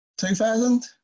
2000